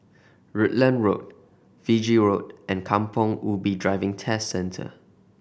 Rutland Road Fiji Road and Kampong Ubi Driving Test Centre